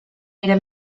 era